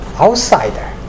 outsider